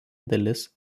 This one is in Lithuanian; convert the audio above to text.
dalis